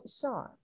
Sean